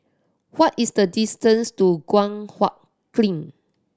what is the distance to Guan Huat Kiln